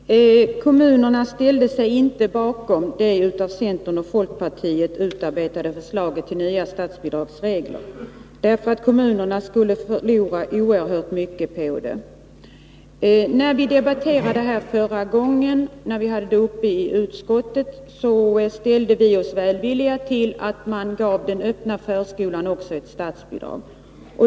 Herr talman! Kommunerna ställde sig inte bakom det av centern och folkpartiet utarbetade förslaget till nya statsbidragsregler, därför att kommunerna skulle förlora oerhört mycket på det. När vi debatterade det här förra gången och när vi hade frågan uppe i utskottet, ställde vi oss välvilliga till att ge även den öppna förskolan statsbidrag.